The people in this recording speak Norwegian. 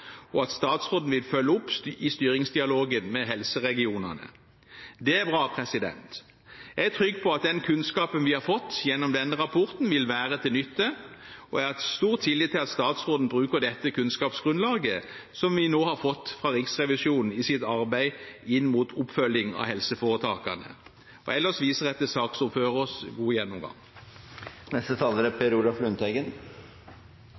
og at statsråden vil følge opp i styringsdialogen med helseregionene. Det er bra. Jeg er trygg på at den kunnskapen vi har fått gjennom denne rapporten, vil være til nytte, og jeg har stor tillit til at statsråden bruker dette kunnskapsgrunnlaget som vi nå har fått fra Riksrevisjonen, i sitt arbeid inn mot oppfølging av helseforetakene. Ellers viser jeg til saksordførerens gode gjennomgang.